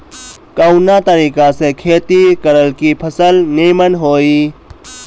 कवना तरीका से खेती करल की फसल नीमन होई?